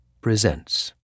presents